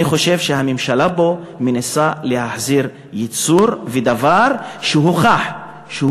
אני חושב שהממשלה פה מנסה להחזיר יצור ודבר שהוכח שהוא